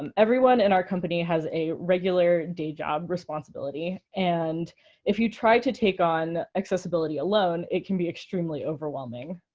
um everyone in our company has a regular day job responsibility. and if you try to take on accessibility alone, it can be extremely overwhelming.